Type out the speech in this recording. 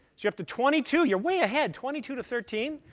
you're up to twenty two. you're way ahead twenty two to thirteen.